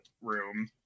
room